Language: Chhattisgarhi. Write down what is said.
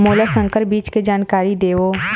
मोला संकर बीज के जानकारी देवो?